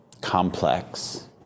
complex